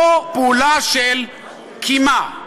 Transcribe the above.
או פעולה של קימה,